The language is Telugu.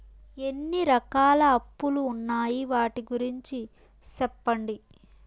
ఎన్ని రకాల అప్పులు ఉన్నాయి? వాటి గురించి సెప్పండి?